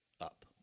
up